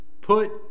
Put